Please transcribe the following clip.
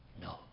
No